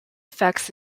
effects